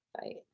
fight